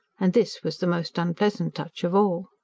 and this was the most unpleasant touch of all.